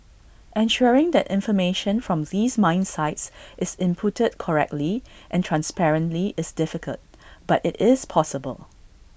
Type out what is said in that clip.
ensuring that information from these mine sites is inputted correctly and transparently is difficult but IT is possible